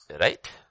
Right